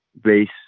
base